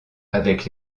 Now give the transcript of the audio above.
avec